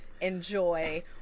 enjoy